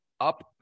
up